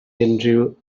unrhyw